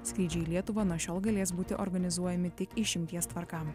skrydžiai į lietuvą nuo šiol galės būti organizuojami tik išimties tvarka